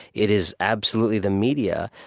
it is absolutely the media,